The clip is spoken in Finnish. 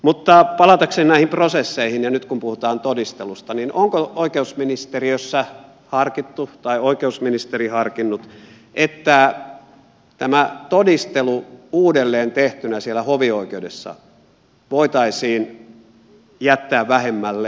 mutta palatakseni näihin prosesseihin ja nyt kun puhutaan todistelusta niin onko oikeusministeriössä harkittu tai oikeusministeri harkinnut että tämä todistelu uudelleen tehtynä siellä hovioikeudessa voitaisiin jättää vähemmälle